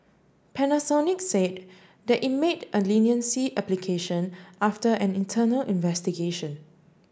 Panasonic said that it made a leniency application after an internal investigation